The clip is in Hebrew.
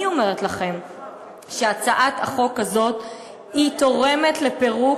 אני אומרת לכם שהצעת החוק הזאת תורמת לפירוק